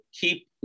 keep